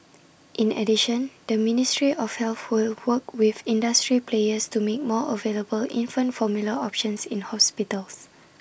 in addition the ministry of health will work with industry players to make more available infant formula options in hospitals